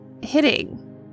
hitting